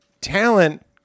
talent